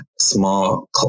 small